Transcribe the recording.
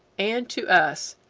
and to us,